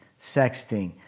sexting